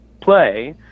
play